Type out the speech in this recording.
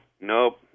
Nope